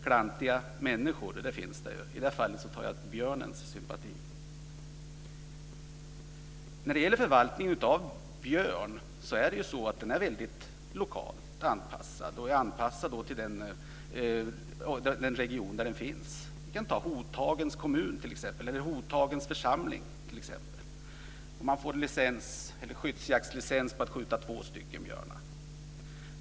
Klantiga människor finns det alltid. I det här fallet tar jag björnens parti. Björnen är ju väldigt lokalt anpassad i den region där den finns. Vi kan ta Hotagens kommun eller Hotagens församling som exempel där man får en skyddsjaktslicens för att skjuta två björnar.